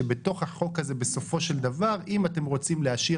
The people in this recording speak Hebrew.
שבתוך החוק הזה בסופו של דבר אם אתם רוצים להשאיר